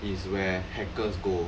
is where hackers go